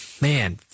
man